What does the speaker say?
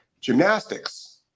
gymnastics